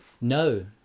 no